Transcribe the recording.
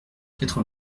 quatre